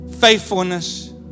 faithfulness